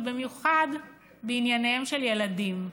ובמיוחד בענייניהם של ילדים.